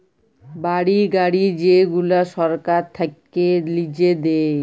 বাড়ি, গাড়ি যেগুলা সরকার থাক্যে লিজে দেয়